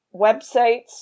websites